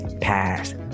past